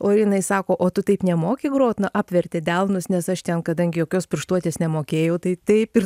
o jinai sako o tu taip nemoki grot na apvertė delnus nes aš ten kadangi jokios pirštuotės nemokėjau tai taip ir